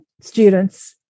students